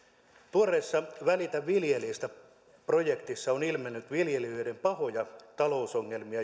tuoreessa välitä viljelijästä projektissa on ilmennyt viljelijöiden pahoja talousongelmia